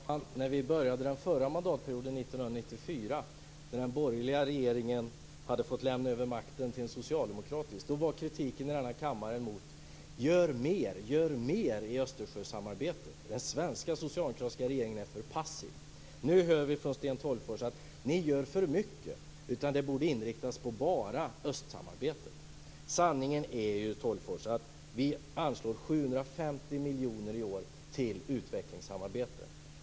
Fru talman! När vi började den förra mandatperioden 1994, då den borgerliga regeringen hade fått lämna över makten till en socialdemokratisk, var kritiken i denna kammare: Gör mer. Gör mer i Östersjösamarbetet. Den svenska socialdemokratiska regeringen är för passiv. Nu säger Sten Tolgfors: Ni gör för mycket. Det borde inriktas enbart på östsamarbetet. Sanningen är ju att vi anslår 750 miljoner i år till utvecklingssamarbete.